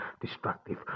destructive